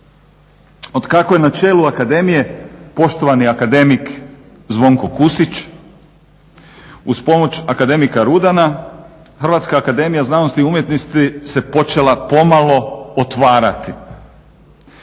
Od kako je na čelu akademije poštovani akademik Zvonko Kusić uz pomoć akademika Rudana Hrvatska akademija znanosti i umjetnosti se počela pomalo otvarati.